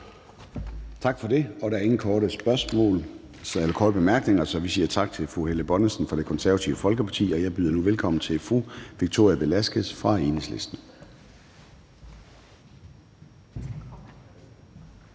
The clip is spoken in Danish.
Tak for det. Der er ingen korte bemærkninger, så vi siger tak til fru Helle Bonnesen fra Det Konservative Folkeparti, og jeg byder nu velkommen til fru Victoria Velasquez fra Enhedslisten.